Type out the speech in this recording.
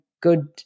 good